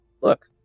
look